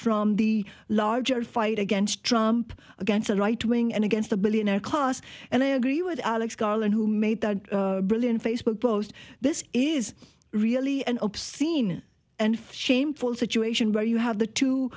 from the larger fight against trump against the right wing and against the billionaire cause and i agree with alex garland who made that brilliant facebook post this is really an obscene and shameful situation where you have the t